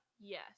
Yes